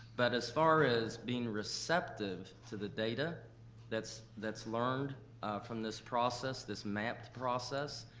but as far as being receptive to the data that's that's learned from this process, this mapped process,